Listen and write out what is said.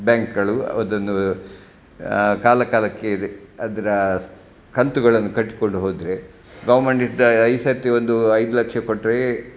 ಬ್ಯಾಂಕ್ಗಳು ಅದನ್ನು ಕಾಲ ಕಾಲಕ್ಕಿದೆ ಅದರ ಕಂತುಗಳನ್ನು ಕಟ್ಕೊಂಡು ಹೋದರೆ ಗೌರ್ಮೆಂಟಿಂದ ಈ ಸರ್ತಿ ಒಂದು ಐದು ಲಕ್ಷ ಕೊಟ್ಟರೆ